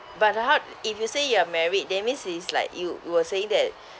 but ah if you say you are married that means is like you you were saying that